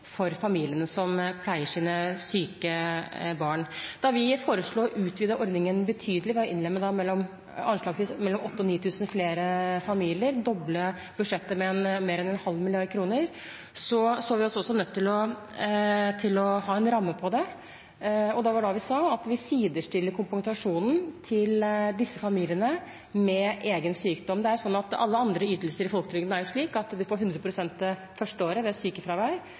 for gode ordninger for familiene som pleier sine syke barn. Da vi foreslo å utvide ordningen betydelig ved å innlemme anslagsvis mellom 8 000 og 9 000 flere familier og doble budsjettet med mer enn en halv milliard kroner, så vi oss også nødt til å ha en ramme på det. Det var da vi sa at vi sidestiller kompensasjonen til disse familiene med egen sykdom. Det er sånn at alle andre ytelser i folketrygden er slik at man får 100 pst. det første året ved sykefravær,